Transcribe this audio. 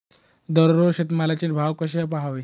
दररोज शेतमालाचे भाव कसे पहावे?